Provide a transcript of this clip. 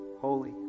holy